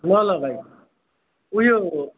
ल ल भाइ उयो